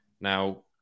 Now